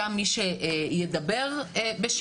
לא היה מי שידבר בשמכם,